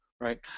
right